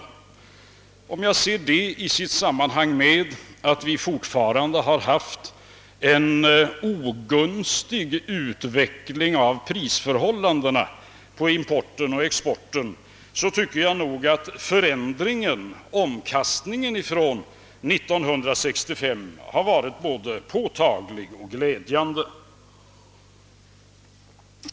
Om jag ser det i samband med att vi fortfarande har en ogunstig utveckling av prisförhållandena på importen och exporten tycker jag nog att omkastningen från 1965 har varit både påtaglig och glädjande.